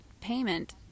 payment